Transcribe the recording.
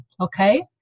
okay